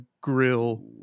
grill